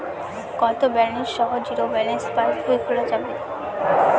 কত ব্যালেন্স সহ zero balance passbook খোলা যাবে?